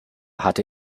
hatte